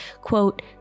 quote